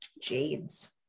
Jades